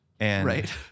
Right